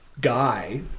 guy